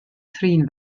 thrin